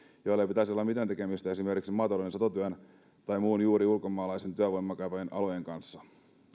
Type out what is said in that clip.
joilla ei pitäisi olla mitään tekemistä esimerkiksi maatalouden satotyön tai muiden juuri ulkomaalaista työvoimaa kaipaavien alojen kanssa